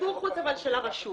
מיקור חוץ אבל של הרשות